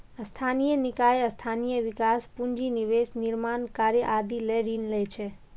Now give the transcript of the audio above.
स्थानीय निकाय स्थानीय विकास, पूंजी निवेश, निर्माण कार्य आदि लए ऋण लै छै